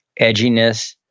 edginess